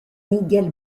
nigel